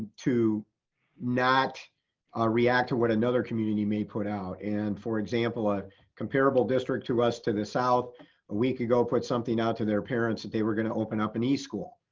to not react to what another community may put out. and for example, a comparable district to us to the south a week ago, put something out to their parents that they were gonna open up an e-school.